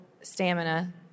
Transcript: stamina